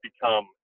become